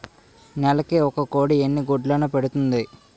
నెలకి ఒక కోడి ఎన్ని గుడ్లను పెడుతుంది?